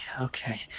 Okay